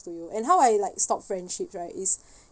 to you and how I like stop friendship right is